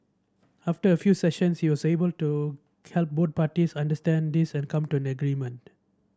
after a few sessions he was able to help both parties understand this and come to an agreement